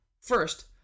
First